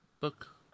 book